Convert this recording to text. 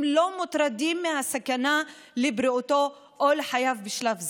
לא מוטרדים מהסכנה לבריאותו או לחייו בשלב זה.